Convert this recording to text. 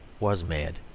was mad.